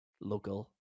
local